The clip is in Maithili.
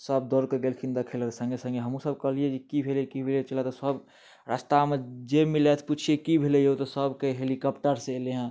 सभ दौड़के गेलखिन देखैले सङ्गहि सङ्गहि हमहुँ सभ कहलियै जे की भेलै की भेलै चलह तऽ सभ रास्तामे जे मिलथि पूछियै की भेलै यौ तऽ सभ कहै हेलीकॉप्टरसँ अयलै हँ